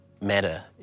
matter